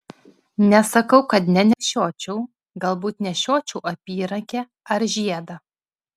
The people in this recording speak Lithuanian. nesakau kad nenešiočiau galbūt nešiočiau apyrankę ar žiedą